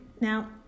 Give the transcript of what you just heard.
Now